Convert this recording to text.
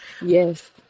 Yes